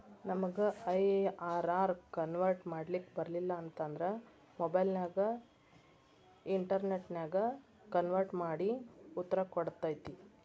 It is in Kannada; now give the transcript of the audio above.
ನಮಗ ಐ.ಆರ್.ಆರ್ ಕನ್ವರ್ಟ್ ಮಾಡ್ಲಿಕ್ ಬರಲಿಲ್ಲ ಅಂತ ಅಂದ್ರ ಮೊಬೈಲ್ ನ್ಯಾಗ ಇನ್ಟೆರ್ನೆಟ್ ನ್ಯಾಗ ಕನ್ವರ್ಟ್ ಮಡಿ ಉತ್ತರ ಕೊಡ್ತತಿ